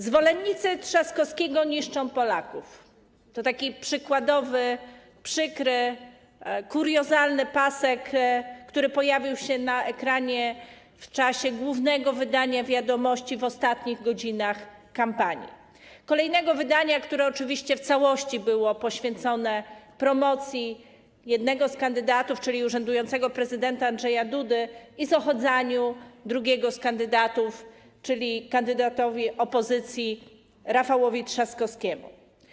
Zwolennicy Trzaskowskiego niszczą Polaków - to taki przykładowy, przykry, kuriozalny pasek, który pojawił się na ekranie w czasie głównego wydania Wiadomości w ostatnich godzinach kampanii, kolejnego wydania, które oczywiście w całości było poświęcone promocji jednego z kandydatów, czyli urzędującego prezydenta Andrzeja Dudy, i zohydzaniu drugiego z kandydatów, czyli kandydata opozycji Rafała Trzaskowskiego.